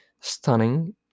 stunning